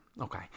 Okay